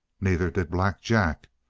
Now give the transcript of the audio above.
neither did black jack.